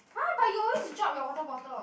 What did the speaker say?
!huh! but you always drop your water bottle